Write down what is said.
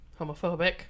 homophobic